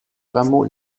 rameaux